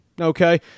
Okay